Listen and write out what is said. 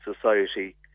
society